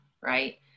right